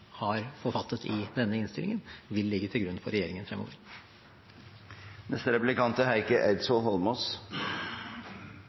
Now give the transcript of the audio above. har forfattet i denne innstillingen, vil ligge til grunn for regjeringen fremover.